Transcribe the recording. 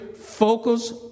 focus